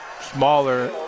smaller